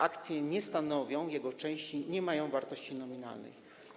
Akcje nie stanowią jego części, nie mają wartości nominalnej.